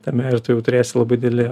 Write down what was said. tame ir tu jau turėsi labai didelį